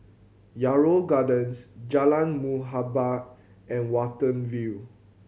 Yarrow Gardens Jalan Muhibbah and Watten View